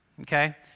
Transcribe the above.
Okay